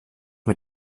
mit